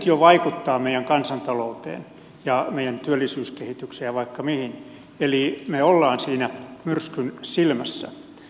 tämä vaikuttaa nyt jo meidän kansantalouteen ja meidän työllisyyskehitykseen ja vaikka mihin eli me olemme siinä myrskyn silmässä